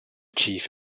chief